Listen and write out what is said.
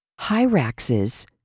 Hyraxes